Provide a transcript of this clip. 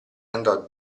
andò